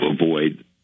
avoid